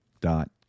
dot